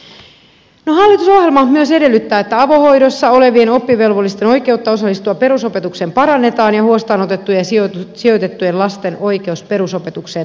no hallitusohjelma myös edellyttää että avohoidossa olevien oppivelvollisten oikeutta osallistua perusopetukseen parannetaan ja huostaan otettujen ja sijoitettujen lasten oikeus perusopetukseen turvataan